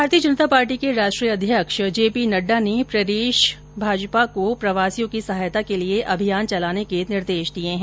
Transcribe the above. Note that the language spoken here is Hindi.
भारतीय जनता पार्टी के राष्ट्रीय अध्यक्ष जे पी नड्डा ने प्रदेश भाजपा को प्रवासियों की सहायता के लिए अभियान चलाने के निर्देश दिए है